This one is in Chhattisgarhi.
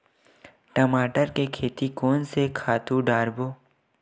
टमाटर के खेती कोन से खातु डारबो?